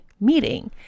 meeting